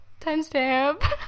Timestamp